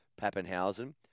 Pappenhausen